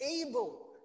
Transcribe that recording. able